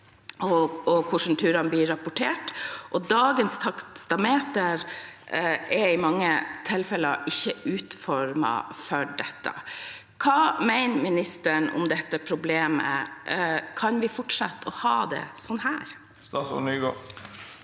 og hvordan turene blir rapportert, og dagens taksameter er i mange tilfeller ikke utformet for dette. Hva mener ministeren om dette problemet? Kan vi fortsette å ha det sånn?